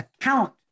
account